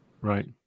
right